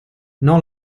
non